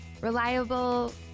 reliable